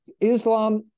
islam